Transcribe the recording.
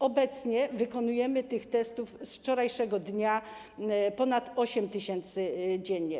Obecnie wykonujemy tych testów - informacja z wczorajszego dnia - ponad 8 tys. dziennie.